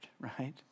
right